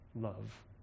love